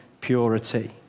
purity